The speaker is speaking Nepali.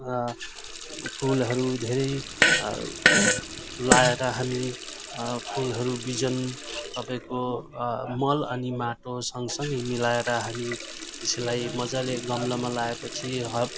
फुलहरू धेरै लाएर हामी फुलहरू बिजन तपाईँको मल अनि माटो सँगसँगै मिलाएर हामी त्यसलाई मजाले गमलामा लाएपछि हक